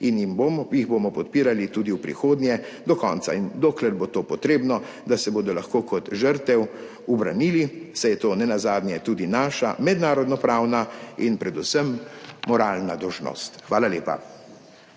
jih bomo podpirali tudi v prihodnje do konca in dokler bo to potrebno, da se bodo lahko kot žrtev ubranili, saj je to nenazadnje tudi naša mednarodnopravna in predvsem moralna dolžnost. Hvala lepa.